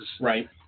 Right